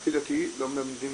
בממלכתי דתי לא מלמדים